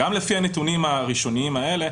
גם לפי הנתונים הראשוניים האלה,